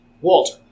Walter